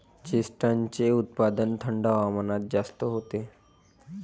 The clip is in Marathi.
चेस्टनटचे उत्पादन थंड हवामानात जास्त होते